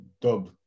dub